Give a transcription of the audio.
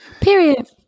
period